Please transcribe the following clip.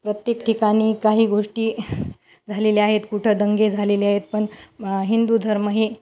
प्रत्येक ठिकाणी काही गोष्टी झालेल्या आहेत कुठं दंगे झालेले आहेत पण हिंदू धर्म हे